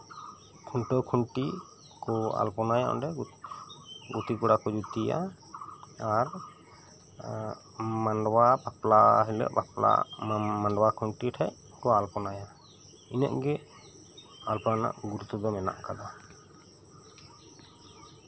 ᱠᱷᱩᱱᱴᱟᱹᱣ ᱠᱷᱩᱱᱴᱤ ᱠᱚ ᱟᱞᱯᱚᱱᱟᱭᱟ ᱚᱱᱰᱮ ᱜᱩᱛᱤ ᱠᱚᱲᱟ ᱠᱚ ᱡᱩᱛᱮᱭᱟ ᱟᱨ ᱢᱟᱰᱣᱟ ᱵᱟᱯᱞᱟ ᱦᱤᱞᱳᱜ ᱢᱟᱰᱣᱟ ᱠᱷᱩᱱᱴᱤ ᱴᱷᱮᱱ ᱠᱚ ᱟᱞᱯᱚᱱᱟᱭᱟ ᱤᱱᱟᱹᱜ ᱜᱮ ᱟᱞᱯᱚᱱᱟ ᱨᱮᱱᱟᱜ ᱜᱩᱨᱩᱛᱛᱚ ᱫᱚ ᱢᱮᱱᱟᱜ ᱠᱟᱫᱟ